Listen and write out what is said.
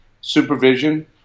supervision